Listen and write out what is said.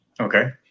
Okay